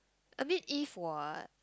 I mean if what